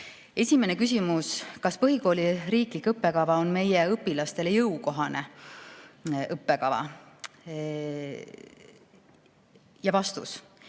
Esimene küsimus: "Kas põhikooli riiklik õppekava on meie õpilastele jõukohane?" Vastus.